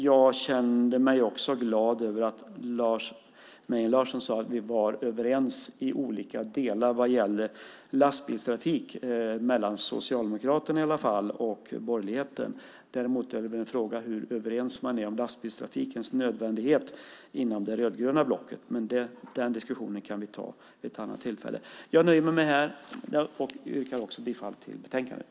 Jag är glad över att Lars Mejern Larsson sade att i alla fall Socialdemokraterna och borgerligheten är överens i olika delar vad gäller lastbilstrafiken. Däremot är det väl fråga om hur överens man är om lastbilstrafikens nödvändighet inom De rödgröna, men den diskussionen kan vi ta vid ett annat tillfälle. Jag nöjer mig här och yrkar bifall till utskottets förslag i betänkandet.